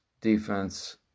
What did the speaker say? defense